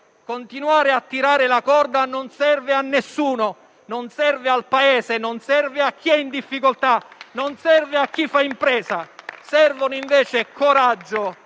continuare a tirare la corda non serve a nessuno: non serve al Paese, non serve a chi è in difficoltà e non serve a chi fa impresa. Servono invece coraggio,